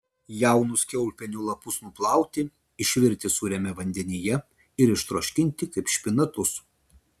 jaunus kiaulpienių lapus nuplauti išvirti sūriame vandenyje ir ištroškinti kaip špinatus